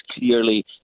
clearly